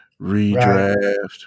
Redraft –